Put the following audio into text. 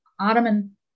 Ottoman